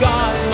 God